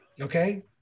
Okay